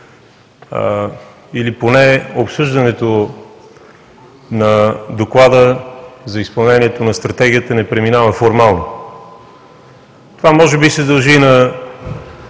или поне обсъждането на Доклада за изпълнението на Стратегията не преминава формално. Това може би се дължи и